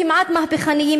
כמעט מהפכניים,